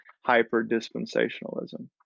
hyper-dispensationalism